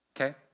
okay